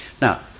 Now